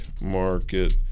market